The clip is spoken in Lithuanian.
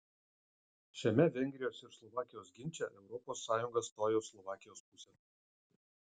šiame vengrijos ir slovakijos ginče europos sąjunga stojo slovakijos pusėn